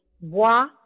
Bois